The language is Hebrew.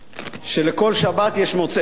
שלכל שבת יש מוצאי-שבת.